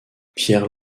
pierre